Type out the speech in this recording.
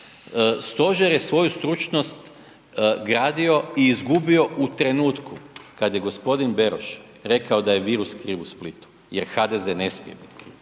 stožer je svoju stručnost gradio i izgubio u trenutku kad je gospodin Beroš rekao da je virus kriv u Splitu jer HDZ ne smije biti kriv,